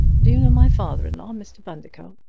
do you know my father-in-law, mr. bundercombe?